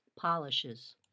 polishes